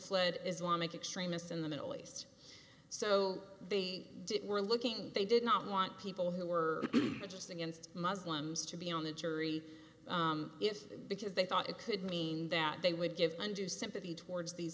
fled islamic extremists in the middle east so they were looking they did not want people who were just against muslims to be on the jury because they thought it could mean that they would give undue sympathy towards these